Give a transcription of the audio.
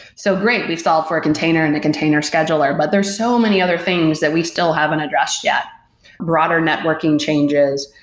so, great. we've solved for a container and a container scheduler, but there're so many other things that we still haven't addressed yet broader networking changes,